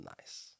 nice